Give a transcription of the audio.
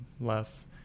less